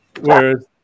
Whereas